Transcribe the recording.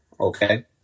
okay